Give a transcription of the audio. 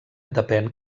depèn